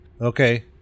Okay